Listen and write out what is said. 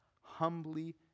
humbly